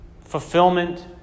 fulfillment